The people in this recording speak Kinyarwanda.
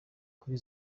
kuri